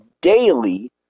daily